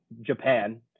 Japan